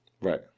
Right